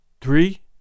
three